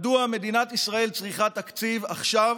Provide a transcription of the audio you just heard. מדוע מדינת ישראל צריכה תקציב עכשיו,